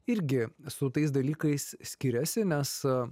irgi su tais dalykais skiriasi nes